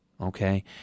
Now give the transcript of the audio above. okay